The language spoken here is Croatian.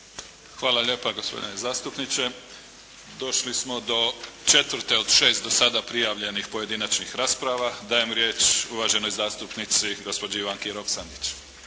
Hvala lijepa gospodine zastupniče. Došli smo do četvrte od šest do sada prijavljenih pojedinačnih rasprava. Dajem riječ uvaženoj zastupnici gospođi Ivanki Roksandić.